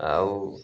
ଆଉ